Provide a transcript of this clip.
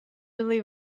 really